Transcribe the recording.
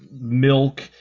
milk